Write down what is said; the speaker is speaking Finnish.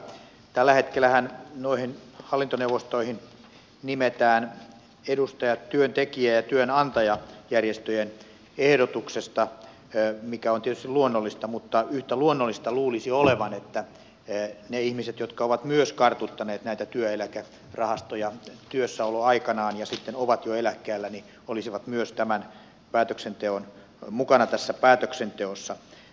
tällä hetkellähän noihin hallintoneuvostoihin nimetään edustajat työntekijä ja työnantajajärjestöjen ehdotuksesta mikä on tietysti luonnollista mutta yhtä luonnollista luulisi olevan että ne ihmiset jotka ovat myös kartuttaneet näitä työeläkerahastoja työssäoloaikanaan ja sitten ovat jo eläkkeellä olisivat myös mukana tässä päätöksenteossa